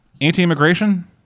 anti-immigration